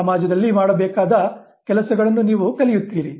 ಸಮಾಜದಲ್ಲಿ ಮಾಡಬೇಕಾದ ಕೆಲಸಗಳನ್ನು ನೀವು ಕಲಿಯುತ್ತೀರಿ